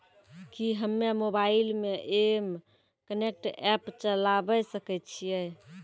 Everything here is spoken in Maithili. कि हम्मे मोबाइल मे एम कनेक्ट एप्प चलाबय सकै छियै?